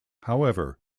however